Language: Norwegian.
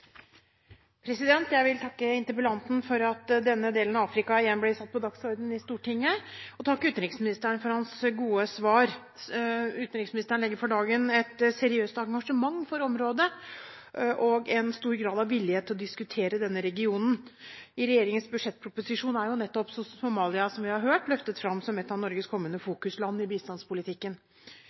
Jeg vil takke interpellanten for at denne delen av Afrika igjen blir satt på dagsordenen i Stortinget, og takke utenriksministeren for hans gode svar. Utenriksministeren legger for dagen et seriøst engasjement for området og en stor grad av villighet til å diskutere denne regionen. I regjeringens budsjettproposisjon er nettopp Somalia, som vi har hørt, løftet fram som et av Norges kommende fokusland i bistandspolitikken.